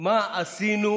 מה עשינו,